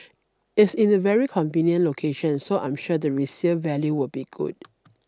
it's in a very convenient location so I'm sure the resale value will be good